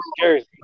jersey